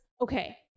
okay